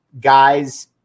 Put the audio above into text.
guys